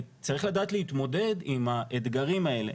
צריך לדעת להתמודד עם האתגרים האלה,